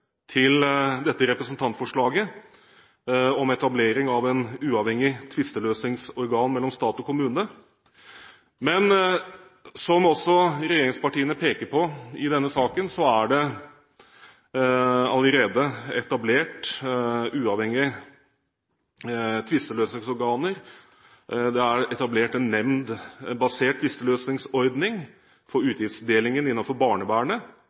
til dette representantforslaget om etablering av et uavhengig tvisteløsningsorgan mellom stat og kommune. Men det er, som også regjeringspartiene peker på i denne saken, allerede etablert uavhengige tvisteløsningsorganer. Det er etablert en nemndbasert tvisteløsningsordning for utgiftsdelingen innenfor barnevernet